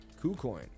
KuCoin